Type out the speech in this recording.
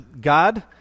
God